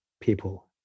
people